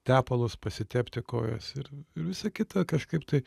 tepalus pasitepti kojas ir ir visa kita kažkaip tai